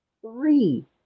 three